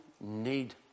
need